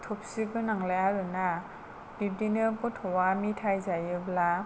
थफि गोनांलाय आरोना बिब्दिनो गथ'वा मेथाय जायोब्ला